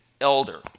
elder